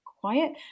quiet